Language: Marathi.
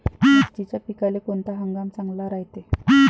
मिर्चीच्या पिकाले कोनता हंगाम चांगला रायते?